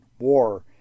war